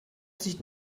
sich